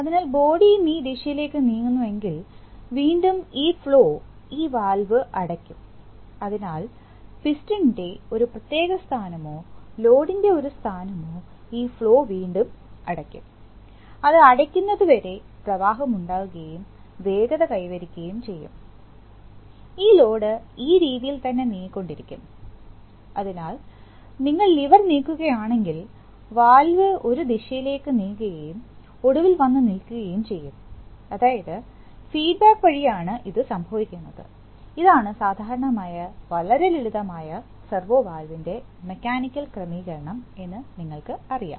അതിനാൽ ബോഡിയും ഈ ദിശയിലേക്ക് നീങ്ങുന്നുവെങ്കിൽ വീണ്ടും ഈ ഫ്ലോ ഈ വാൽവ് അടയ്ക്കും അതിനാൽ പിസ്റ്റണിന്റെ ഒരു പ്രത്യേക സ്ഥാനമോ ലോഡിന്റെ ഒരു സ്ഥാനമോ ഈ ഫ്ലോ വീണ്ടും അടയ്ക്കും അത് അടയ്ക്കുന്നതുവരെ പ്രവാഹം ഉണ്ടാകുകയും വേഗത കൈവരിക്കുകയും ചെയ്യും ഈ ലോഡ് ഈ രീതിയിൽ തന്നെ നീങ്ങിക്കൊണ്ടിരിക്കുംഅതിനാൽനിങ്ങൾ ലിവർ നീക്കുകയാണെങ്കിൽ വാൽവ് ഒരു ദിശയിലേക്ക് നീങ്ങുകയും ഒടുവിൽ വന്ന്നിൽക്കുകയും ചെയ്യും അതായത് ഫീഡ്ബാക്ക് വഴി ആണ് ഇത് സംഭവിക്കുന്നത് ഇതാണ് സാധാരണമായ വളരെ ലളിതമായ സെർവോ വാൽവ്നിൻറെ മെക്കാനിക്കൽ ക്രമീകരണം എന്ന് നിങ്ങൾക്ക് അറിയാം